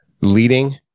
leading